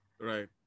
Right